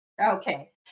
Okay